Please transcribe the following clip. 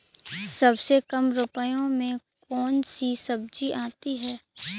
सबसे कम रुपये में कौन सी सब्जी होती है?